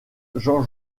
jean